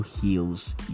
heals